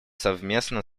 совместно